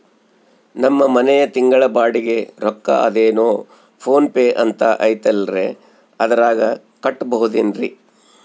ನಮ್ಮ ಮನೆಯ ತಿಂಗಳ ಬಾಡಿಗೆ ರೊಕ್ಕ ಅದೇನೋ ಪೋನ್ ಪೇ ಅಂತಾ ಐತಲ್ರೇ ಅದರಾಗ ಕಟ್ಟಬಹುದೇನ್ರಿ?